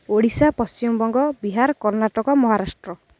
Odisha Paschimbanga Bihar Karnataka Maharashtra